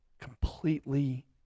completely